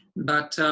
but,